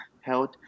held